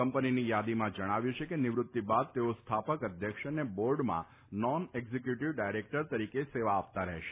કંપનીની યાદીમાં જણાવ્યું છે કે નિવૃતી બાદ તેઓ સ્થાપક અધ્યક્ષ તથા બોર્ડમાં નોન એક્ઝીક્યુટીવ ડાયરેક્ટર તરીકે સેવા આપતા રહેશે